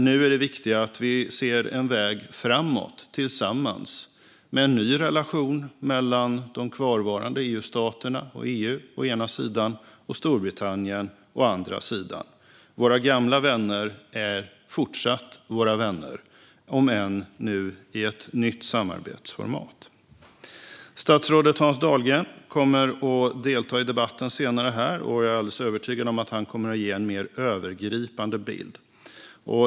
Nu är det viktiga att vi ser en väg framåt, tillsammans, med en ny relation mellan de kvarvarande EU-staterna och EU å ena sidan och Storbritannien å andra sidan. Våra gamla vänner är fortsatt våra vänner om än nu i ett nytt samarbetsformat. Statsrådet Hans Dahlgren kommer att delta i debatten senare. Jag är alldeles övertygad om att han kommer att ge en mer övergripande bild.